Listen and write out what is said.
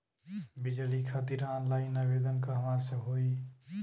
बिजली खातिर ऑनलाइन आवेदन कहवा से होयी?